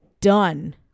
done